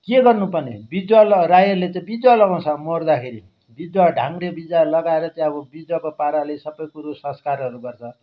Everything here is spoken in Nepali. के गर्नु पर्ने बिजुवा ल राईहरूले चाहिँ बिजुवा लगाउँछ मर्दाखेरि बिजुवा ढाङ्रे बिजुवा लगाएर चाहिँ अब बिजुवाको पाराले सबै कुरो संस्कारहरू गर्छ